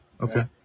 Okay